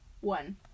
one